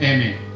Amen